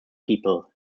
people